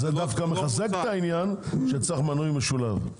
זה דווקא מחזק את העניין שצריך מנוי משולב.